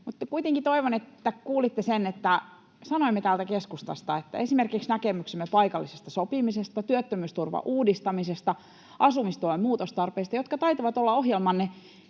kuitenkin toivon, että kuulitte sen, että sanoimme täältä keskustasta, että esimerkiksi näkemyksenne paikallisesta sopimisesta, työttömyysturvan uudistamisesta, asumistuen muutostarpeista, jotka taitavat olla ohjelmanne